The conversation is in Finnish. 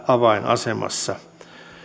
avainasemassa